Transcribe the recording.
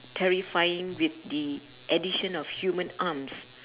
terrifying with the addition of human arms